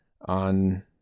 on